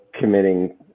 committing